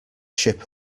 ship